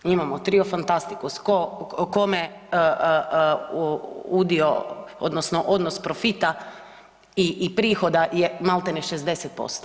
Imamo trio fantastikus, tko kome udio odnosno odnos profita i prihoda je maltene 60%